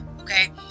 okay